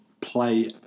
play